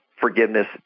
forgiveness